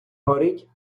горить